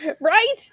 Right